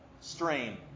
strain